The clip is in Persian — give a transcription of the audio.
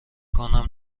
کنم